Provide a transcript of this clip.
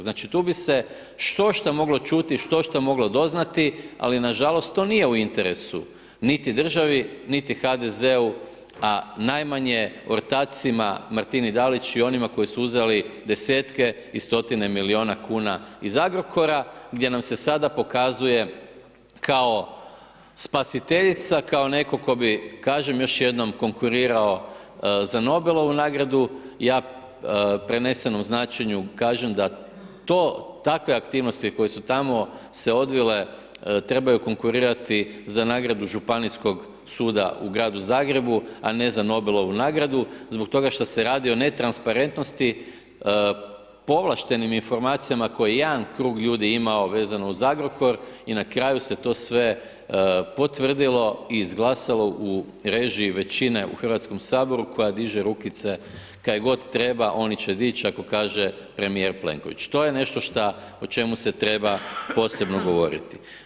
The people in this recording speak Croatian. Znači tu bi se štošta moglo čuti, štošta moglo doznati ali nažalost to nije u interesu niti državi niti HDZ-u a najmanje ortacima Martini Dalić i onima koji su uzeli desetke i stotine milijuna kuna iz Agrokora gdje nam se sada pokazuje kao spasiteljica, kao netko tko bi kažem još jednom, konkurirao za Nobelovu nagradu, ja u prenesenom značenju kažem da to, takve aktivnosti koje su tamo se odvile trebaju konkurirati za nagradu Županijskog suda u gradu Zagrebu a ne za Nobelovu nagradu zbog toga šta se radi o netransparentnosti, povlaštenim informacijama koje jedan krug ljudi je imao vezano uz Agrokor i na kraju se to sve potvrdilo i izglasalo u režiji većine u Hrvatskom saboru koja diže rukice kaj god treba, oni će dići ako kaže premijer Plenković, to je nešto šta o čemu se treba posebno govoriti.